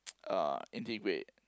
uh integrate